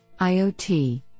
IOT –